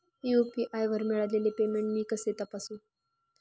UPI वर मिळालेले payment मी कसे तपासू?